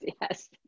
Yes